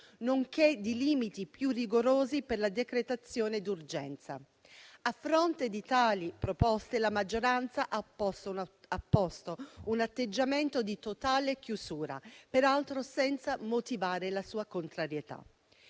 nonché di limiti più rigorosi per la decretazione d'urgenza. A fronte di tali proposte, la maggioranza ha opposto un atteggiamento di totale chiusura, peraltro senza motivare la sua contrarietà.